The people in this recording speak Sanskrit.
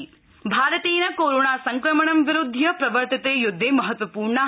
कोरोना भारतेन कोरोनासंक्रमण विरुध्य प्रवर्तिते युद्धे महत्वपूर्णा